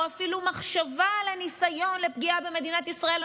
או אפילו מחשבה על הניסיון לפגיעה במדינת ישראל,